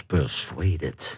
Persuaded